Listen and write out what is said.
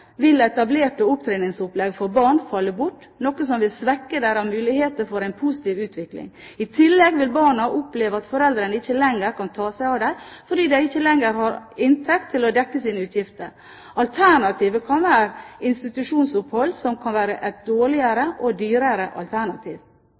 vil etablerte opptreningsopplegg for barna falle bort, noe som vil svekke deres mulighet for en positiv utvikling. I tillegg vil barna oppleve at foreldrene ikke lenger kan ta seg av dem, fordi de ikke lenger har inntekt til å dekke sine utgifter. Alternativet kan være institusjonsopphold, som kan være et dårligere